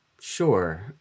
Sure